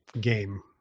game